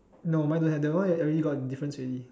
no mine don't have that one already got difference already